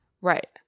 Right